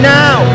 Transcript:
now